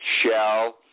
Shell